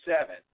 seven